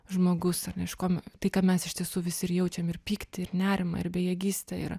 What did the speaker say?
žmogus ar ne iš ko tai ką mes iš tiesų visi ir jaučiam ir pyktį ir nerimą ir bejėgystę ir